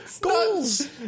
Goals